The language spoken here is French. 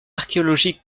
archéologique